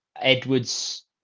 Edwards